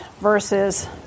versus